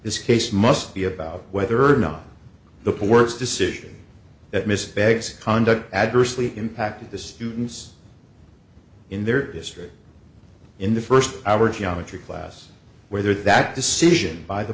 this case must be about whether or not the poorest decision that mr beggs conduct adversely impacted the students in their district in the first hour geometry class whether that decision by the